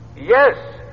Yes